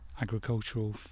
agricultural